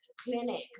clinic